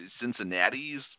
Cincinnati's